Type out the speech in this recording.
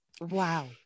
Wow